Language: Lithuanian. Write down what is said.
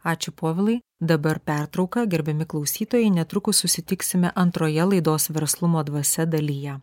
ačiū povilai dabar pertrauka gerbiami klausytojai netrukus susitiksime antroje laidos verslumo dvasia dalyje